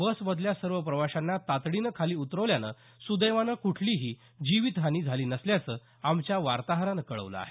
बसमधल्या सर्व प्रवाशांना तातडीनं खाली उतरवल्यामुळे सुदैवानं कुठलीही जीवितहानी झाली नसल्याचं आमच्या वार्ताहरानं कळवलं आहे